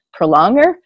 prolonger